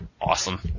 awesome